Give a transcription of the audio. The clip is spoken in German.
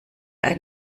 ein